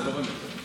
תודה רבה.